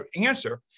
answer